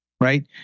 right